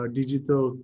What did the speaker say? digital